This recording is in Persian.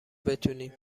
بتونیم